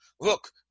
look